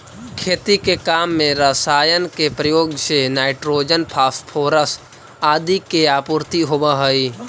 खेती के काम में रसायन के प्रयोग से नाइट्रोजन, फॉस्फोरस आदि के आपूर्ति होवऽ हई